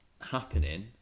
happening